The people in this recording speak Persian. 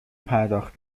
پرداخت